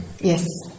Yes